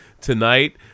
Tonight